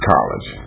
College